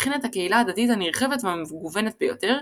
וכן את הקהילה הדתית הנרחבת והמגוונת ביותר,